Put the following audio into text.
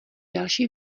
další